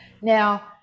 now